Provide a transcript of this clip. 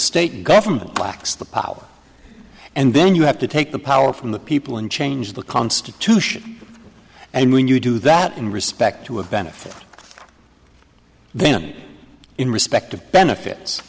state government lacks the power and then you have to take the power from the people and change the constitution and when you do that in respect to a benefit then in respect of